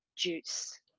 juice